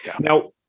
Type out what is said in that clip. Now